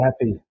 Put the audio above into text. happy